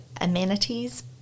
amenities